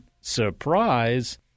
surprise